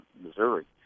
Missouri